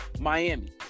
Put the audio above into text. Miami